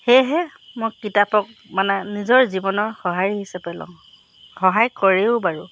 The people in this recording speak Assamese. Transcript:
সেয়েহে মই কিতাপক মানে নিজৰ জীৱনৰ সহায় হিচাপে লওঁ সহায় কৰেও বাৰু